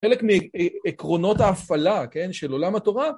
חלק מעקרונות ההפעלה, כן, של עולם התורה